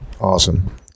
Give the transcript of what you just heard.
Awesome